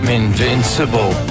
invincible